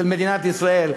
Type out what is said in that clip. של מדינת ישראל.